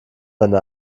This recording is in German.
deine